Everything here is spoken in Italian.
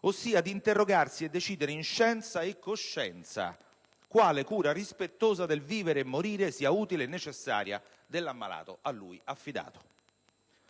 ossia di interrogarsi e decidere in scienza e coscienza quale cura rispettosa del vivere e morire sia utile e necessaria per l'ammalato a lui affidato.